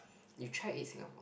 you try eat Singapore